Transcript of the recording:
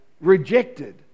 rejected